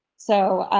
so,